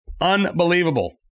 unbelievable